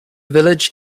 village